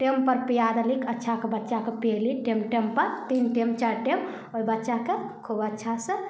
टाइमपर पिआ देली अच्छाके बच्चाके पिएली टाइम टाइमपर तीन टाइम चारि टाइम ओहि बच्चाके खूब अच्छा से